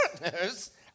Partners